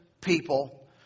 people